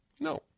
No